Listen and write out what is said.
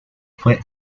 fue